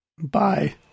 Bye